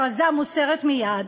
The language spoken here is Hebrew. הכרזה מוסרת מייד,